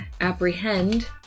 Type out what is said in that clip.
apprehend